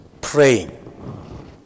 praying